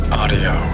audio